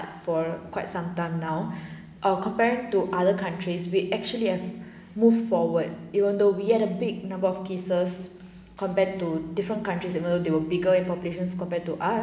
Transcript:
for quite some time now err comparing to other countries we actually have move forward even though we had a big number of cases compared to different countries similar they were bigger in populations compared to us